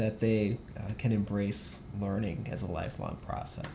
that they can embrace learning as a lifelong process